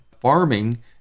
farming